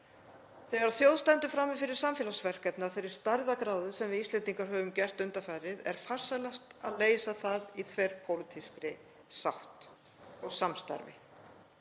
Þegar þjóð stendur frammi fyrir samfélagsverkefni af þeirri stærðargráðu sem við Íslendingar höfum gert undanfarið er farsælast að leysa það í þverpólitískri sátt og samstarfi.